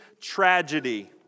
tragedy